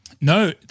No